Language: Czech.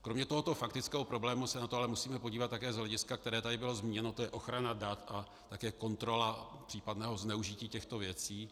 Kromě tohoto faktického problému se na to ale musíme podívat také z hlediska, které tady bylo zmíněno, a to je ochrana dat a také kontrola případného zneužití těchto věcí.